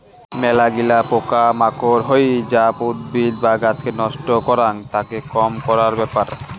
মেলাগিলা পোকা মাকড় হই যা উদ্ভিদ বা গাছকে নষ্ট করাং, তাকে কম করার ব্যাপার